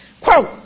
Quote